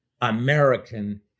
American